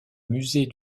musée